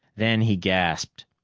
then he gasped.